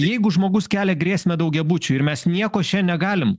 jeigu žmogus kelia grėsmę daugiabučiui ir mes nieko čia negalim